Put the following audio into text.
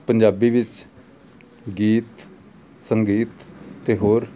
ਪੰਜਾਬੀ ਵਿੱਚ ਗੀਤ ਸੰਗੀਤ ਅਤੇ ਹੋਰ